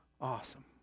awesome